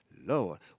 Lord